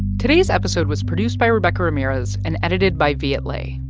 today's episode was produced by rebecca ramirez and edited by viet le.